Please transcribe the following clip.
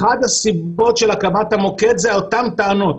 אחת הסיבות של הקמת המוקד זה אותן טענות.